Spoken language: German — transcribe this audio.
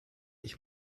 ich